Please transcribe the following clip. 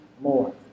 more